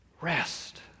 Rest